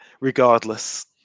regardless